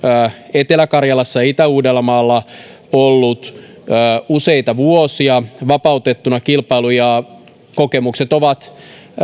etelä karjalassa ja itä uudellamaalla ollut useita vuosia vapautettuna kilpailu ja kokemukset ovat